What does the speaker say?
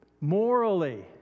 morally